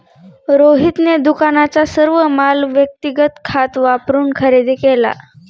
रोहितने दुकानाचा सर्व माल व्यक्तिगत खात वापरून खरेदी केला